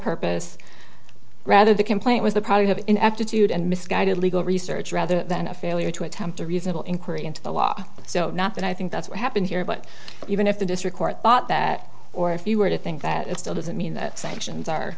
purpose rather the complaint was the probably have an aptitude and misguided legal research rather than a failure to attempt a reasonable inquiry into the law so not that i think that's what happened here but even if the district court thought that or if you were to think that it still doesn't mean that sanctions are